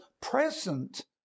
present